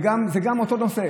זה אותו נושא.